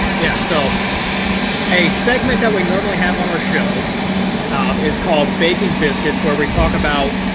yeah. so a segment that we normally have on our show is called baking biscuits where we talk about,